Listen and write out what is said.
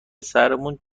سرمون